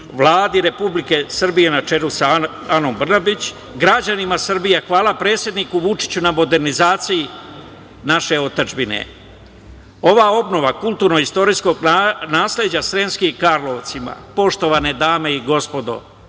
Vladi Republike Srbije, na čelu sa Anom Brnabić, građanima Srbije, a hvala predsedniku Vučiću na modernizaciji naše otadžbine. Ova obnova kulturno-istorijskog nasleđa u Sremskim Karlovcima, poštovane dame i gospodo,